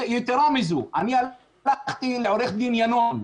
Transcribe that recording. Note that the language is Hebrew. יתרה מזו, אני הלכתי לעורך דין ינון,